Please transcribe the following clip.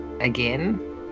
again